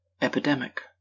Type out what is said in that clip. epidemic